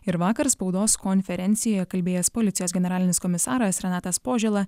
ir vakar spaudos konferencijoje kalbėjęs policijos generalinis komisaras renatas požėla